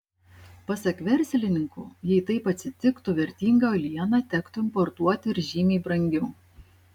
pasak verslininkų jei taip atsitiktų vertingą uolieną tektų importuoti ir žymiai brangiau